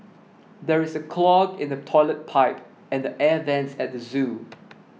there is a clog in the Toilet Pipe and the Air Vents at the zoo